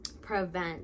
prevent